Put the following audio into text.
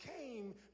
came